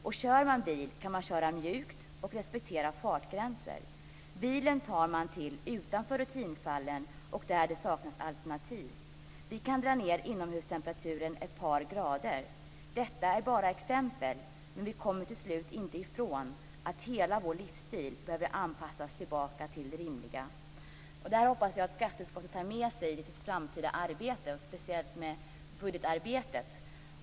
Och kör man bil, kan man köra mjukt och respektera fartgränser. Bilen tar man till utanför rutinfallen och där det saknas alternativ. Vi kan dra ned inomhustemperaturen ett par grader. Detta är bara exempel, men vi kommer till slut inte ifrån att hela vår livsstil behöver anpassas tillbaka till det rimliga. Jag hoppas att skatteutskottet tar med sig detta i sitt framtida arbete, speciellt i budgetarbetet.